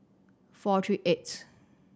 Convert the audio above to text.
four three eighth